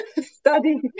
study